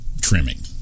trimming